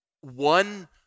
one